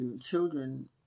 children